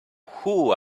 who